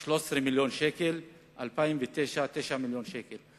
היה 13 מיליון שקל, וב-2009, 9 מיליוני שקלים.